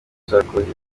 sarkozy